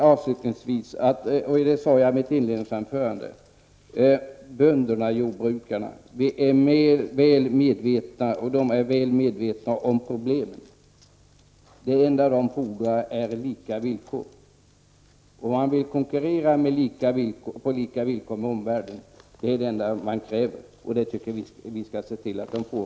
Avslutningsvis vill jag bara säga, och det sade jag i mitt inledningsanförande, att bönderna och jordbrukarna är mer än medvetna om problemen. Det enda de fordrar är lika villkor. Man vill konkurrera på lika villkor med omvärlden. Det är det enda man kräver, och det tycker jag att vi skall se till att de får.